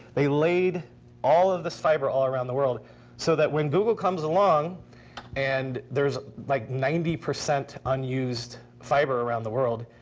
they laid all of this fiber all around the world so that when google comes along and there's like ninety percent unused fiber around the world,